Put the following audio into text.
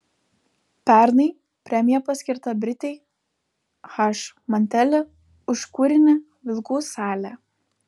pernai premija paskirta britei h manteli už kūrinį vilkų salė